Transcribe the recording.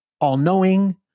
all-knowing